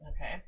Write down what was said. Okay